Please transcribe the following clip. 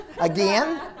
again